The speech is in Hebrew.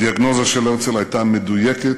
הדיאגנוזה של הרצל הייתה מדויקת,